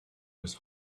his